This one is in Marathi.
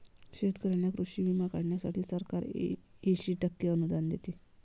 शेतकऱ्यांना कृषी विमा काढण्यासाठी सरकार ऐंशी टक्के अनुदान देते